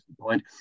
point